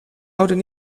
houden